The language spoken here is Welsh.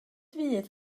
fydd